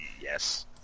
yes